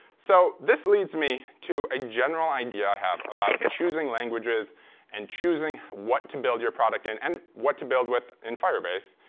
so this leads me to a general idea i have about choosing languages and choosing what to build your product in and and what to build with in firebase,